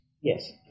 yes